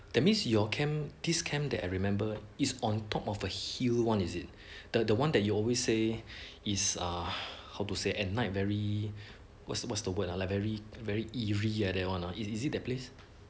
that means your camp this camp that I remember is on top of a hill one is it the one that you always say is ah how to say at night very what's what's the word ah like very very eerie like that one ah is it that place